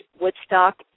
Woodstock